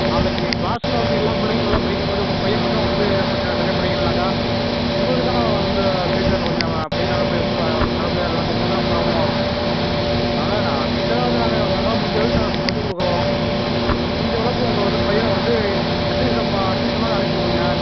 நாளைக்கு கிளாஸில் வந்து எல்லா பிள்ளைங்களும் நல்லா படிக்கும்போது உங்கள் பையன் மட்டும் வந்து கொஞ்சம் சரியாக படிக்கிலைனாக்கா உங்களுக்கு தானே வந்து ஃப்யூச்சரில் கொஞ்சம் பையன் நல்லபடியாக நல்ல பிள்ளையா இல்லைனாக்கா உங்களுக்கு தானே பிராப்ளமா இருக்கும் அதனால் டீச்சராக வந்து நாங்கள் எங்களால் முடிஞ்ச அளவுக்கு நாங்கள் சொல்லிக் கொடுக்கறோம் முடிஞ்சவளவுக்கு உங்கள் இது பையனை வந்து அட்லீஸ்ட் அப்போ டியூஷனாவது அனுப்பி விடுங்க